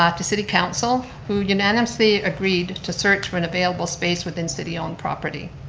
ah to city council who unanimously agreed to search for an available space within city-owned property.